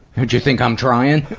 you think i'm trying! it